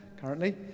currently